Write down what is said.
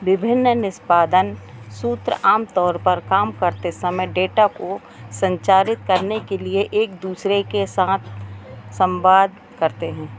विभिन्न निष्पादन सूत्र आम तौर पर काम करते समय डेटा को संचारित करने के लिए एक दूसरे के साथ संवाद करते हैं